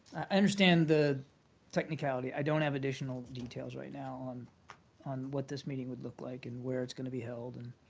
i understand the technicality. i don't have additional details right now on on what this meeting would look like and where it's going to be held and